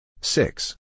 six